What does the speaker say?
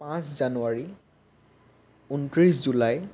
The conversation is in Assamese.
পাঁচ জানুৱাৰী ঊনত্ৰিছ জুলাই